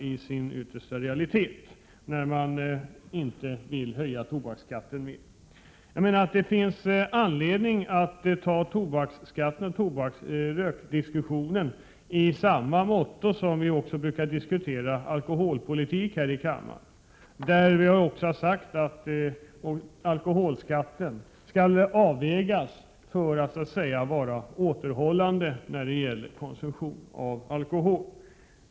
Man vill inte höja tobaksskatten mer. Det finns anledning att diskutera tobaksskatten och rökningen på samma sätt som vi diskuterar alkoholpolitik här i kammaren. Här har vi ju sagt att alkoholskatten skall avvägas så, att den verkar återhållande vid konsumtion av alkohol.